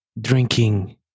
drinking